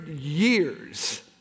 years